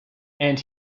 and